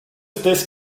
this